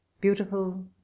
beautiful